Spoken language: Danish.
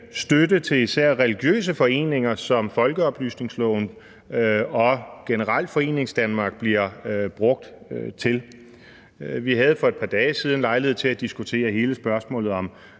støtte til især religiøse foreninger, som folkeoplysningsloven og generelt Foreningsdanmark bliver brugt til. Vi havde for et par dage siden lejlighed til at diskutere hele spørgsmålet om